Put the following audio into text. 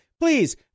please